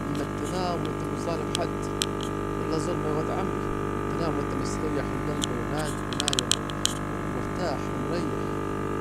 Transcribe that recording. انك تنام وانت مش ظالم حد، الا الظلم يا واد عمي، تنام وانت مستريح الجلب وتنام وانت مستريح ومريح